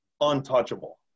untouchable